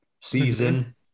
season